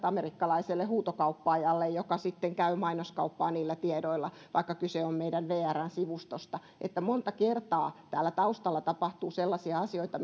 amerikkalaiselle huutokauppaajalle joka sitten käy mainoskauppaa niillä tiedoilla vaikka kyse on meidän vrn sivustosta monta kertaa täällä taustalla tapahtuu sellaisia asioita